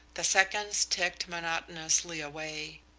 the seconds ticked monotonously away.